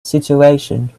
situation